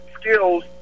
skills